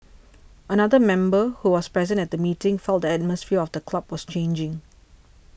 another member who was present at the meeting felt the atmosphere of the club was changing